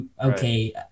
okay